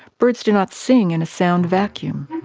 birds do not sing in a sound vacuum,